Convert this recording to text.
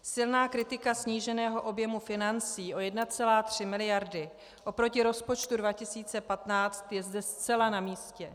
Silná kritika sníženého objemu financí o 1,3 miliardy oproti rozpočtu 2015 je zde zcela namístě.